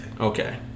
Okay